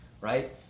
right